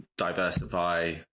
diversify